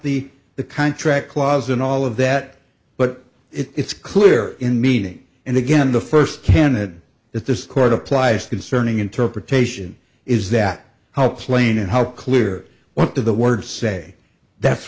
the the contract clause and all of that but it's clear in meaning and again the first candidate that this court applies concerning interpretation is that how plain and how clear what the the words say that's